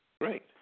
Great